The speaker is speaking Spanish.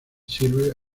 sirve